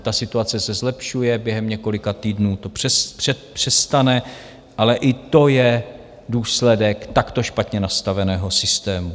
Ta situace se zlepšuje, během několika týdnů to přestane, ale i to je důsledek špatně nastaveného systému.